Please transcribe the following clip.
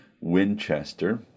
Winchester